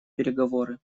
переговоры